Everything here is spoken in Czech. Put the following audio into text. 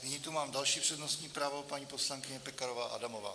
Nyní tu mám další přednostní právo, paní poslankyně Pekarová Adamová.